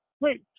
wait